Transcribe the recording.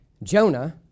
Jonah